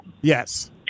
Yes